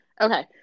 okay